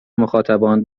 مخاطبان